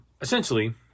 essentially